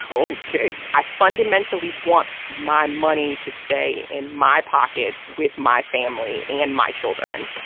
ok i fundamentally want my money to stay in my pockets with my family and my children.